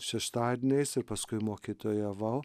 šeštadieniais ir paskui mokytojavau